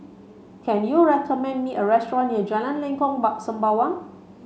can you recommend me a restaurant near Jalan Lengkok Sembawang